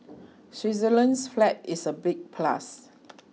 Switzerland's flag is a big plus